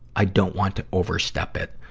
i don't want to overstep it.